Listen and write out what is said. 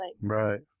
Right